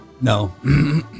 no